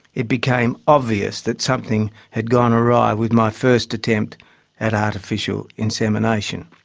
it became obvious that something had gone awry with my first attempt at artificial insemination.